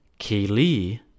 Kaylee